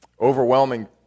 overwhelming